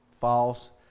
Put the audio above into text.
false